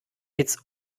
it’s